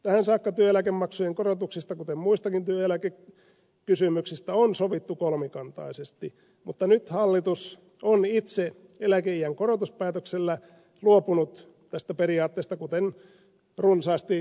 tähän saakka työeläkemaksujen korotuksista kuten muistakin työeläkekysymyksistä on sovittu kolmikantaisesti mutta nyt hallitus on itse eläkeiän korotuspäätöksellä luopunut tästä periaatteesta kuten runsaasti kyselytunnilla kuulimme